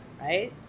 Right